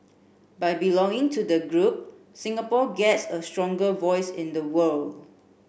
by belonging to the group Singapore gets a stronger voice in the world